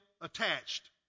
attached